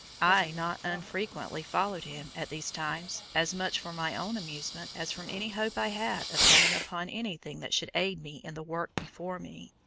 i not unfrequently followed him at these times as much for my own amusement as from any hope i had of coming upon anything that should aid me in the work before me.